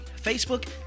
Facebook